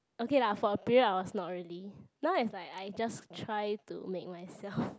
okay lah for a period I was not really now it's like I just try to make myself